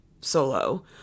solo